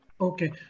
okay